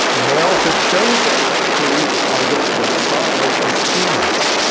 males are chosen who are the same size as females.